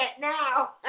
now